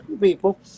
people